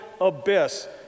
abyss